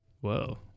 Whoa